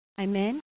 Amen